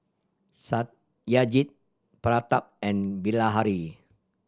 Satyajit Pratap and Bilahari